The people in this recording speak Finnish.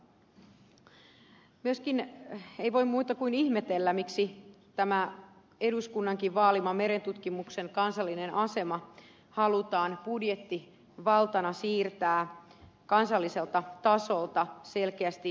myöskään ei voi muuta kuin ihmetellä miksi eduskunnankin vaalima merentutkimuksen kansallinen asema halutaan budjettivaltana siirtää kansalliselta tasolta selkeästi laitostasolle